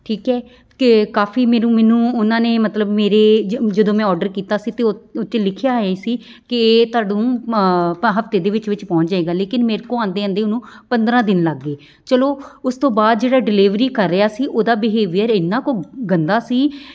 ਠੀਕ ਹੈ ਕਿ ਕਾਫੀ ਮੈਨੂੰ ਮੈਨੂੰ ਉਹਨਾਂ ਨੇ ਮਤਲਬ ਮੇਰੇ ਜ ਜਦੋਂ ਮੈਂ ਔਡਰ ਕੀਤਾ ਸੀ ਅਤੇ ਉ ਉਹ 'ਚ ਲਿਖਿਆ ਹੋਇਆ ਸੀ ਕਿ ਤੁਹਾਨੂੰ ਮ ਪ ਹਫਤੇ ਦੇ ਵਿੱਚ ਵਿੱਚ ਪਹੁੰਚ ਜਾਵੇਗਾ ਲੇਕਿਨ ਮੇਰੇ ਕੋਲ ਆਉਂਦੇ ਆਉਂਦੇ ਉਹਨੂੰ ਪੰਦਰਾਂ ਦਿਨ ਲੱਗ ਗਏ ਚਲੋ ਉਸ ਤੋਂ ਬਾਅਦ ਜਿਹੜਾ ਡਿਲੀਵਰੀ ਕਰ ਰਿਹਾ ਸੀ ਉਹਦਾ ਬਿਹੇਵੀਅਰ ਇੰਨਾ ਕੁ ਗੰਦਾ ਸੀ